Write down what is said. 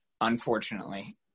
unfortunately